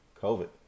COVID